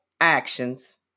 actions